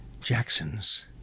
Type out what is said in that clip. Jackson's